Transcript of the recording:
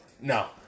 No